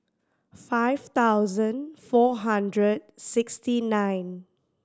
five thousand four hundred sixty nine